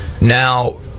Now